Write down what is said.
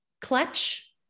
clutch